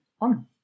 on